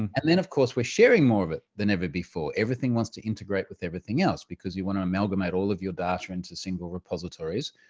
and then of course we're sharing more of it than ever before. everything wants to integrate with everything else, because you want to amalgamate all of your data into single repositories.